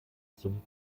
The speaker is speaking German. zum